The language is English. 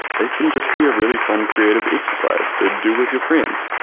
they can just be a really fun creative exercise to do with your friends,